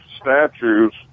statues